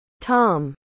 Tom